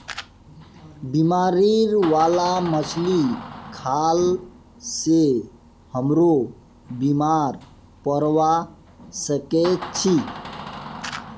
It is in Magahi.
बीमारी बाला मछली खाल से हमरो बीमार पोरवा सके छि